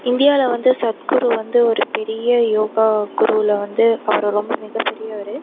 இந்தியாவில் வந்து சத்குரு வந்து ஒரு பெரிய யோகா குருவில் வந்து அவர் ரொம்ப மிகப்பெரியவர்